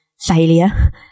failure